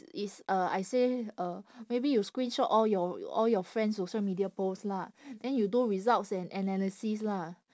is uh I say uh maybe you screenshot all your all your friends' social media post lah then you do results and analysis lah